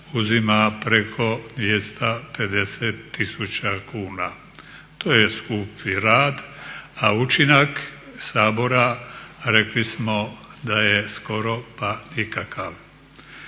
uzima preko 250 tisuća kuna. To je skupi rad, a učinak Sabora rekli smo da je skoro pa nikakav.